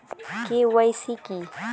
KYC কী?